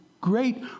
great